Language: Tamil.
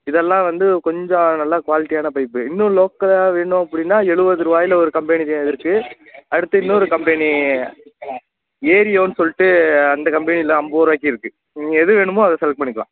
இதெலாம் வந்து கொஞ்சம் நல்ல குவாலிட்டியான பைப்பு இன்னும் லோக்கலாக வேணும் அப்படினா எழுபதுருவாயில ஒரு கம்பெனி இருக்குது அடுத்து இன்னொரு கம்பெனி ஏரியோனு சொல்லிட்டு அந்த கம்பெனியில் ஐம்பதுருவாக்கி இருக்குது நீங்கள் எது வேணுமோ அது செலக்ட் பண்ணிக்கலாம்